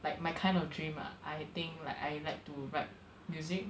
like my kind of dream ah I think like I like to write music